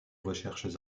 recherches